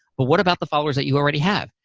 but what about the followers that you already have?